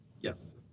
Yes